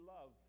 love